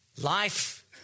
Life